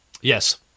Yes